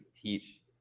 teach